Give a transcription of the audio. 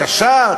קשה,